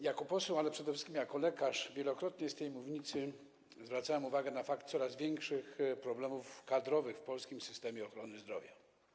Jako poseł, ale przede wszystkim jako lekarz wielokrotnie z tej mównicy zwracałem uwagę na fakt coraz większych problemów kadrowych w polskim systemie ochrony zdrowia.